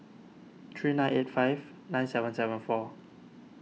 three nine eight five nine seven seven four